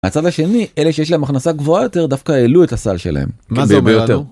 הצד השני, אלה שיש להם הכנסה גבוהה יותר, דווקא העלו את הסל שלהם. מה זה אומר לנו?